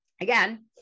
Again